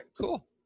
Cool